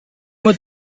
mot